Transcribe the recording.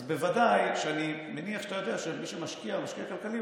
אז בוודאי שאני מניח שאתה יודע שמי שמשקיע כלכלית,